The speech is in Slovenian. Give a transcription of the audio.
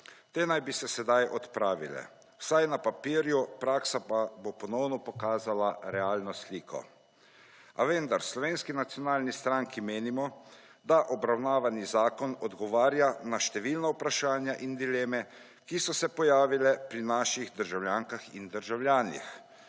Te naj bi se sedaj odpravile, vsaj na papirju, praksa pa bo ponovno pokazala realno sliko. A vendar, v Slovenski socialni stranki menimo, da obravnavani zakon odgovarja na številna vprašanja in dileme, ki so se pojavile pri naših državljankah in državljanih.